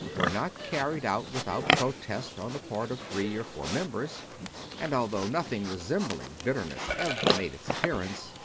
were not carried out without protest on the part of three or four members and, although nothing resembling bitter ness ever made its appearance,